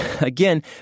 Again